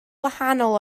wahanol